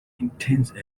intense